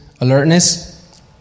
alertness